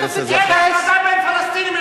מה קורה בשטחים הכבושים?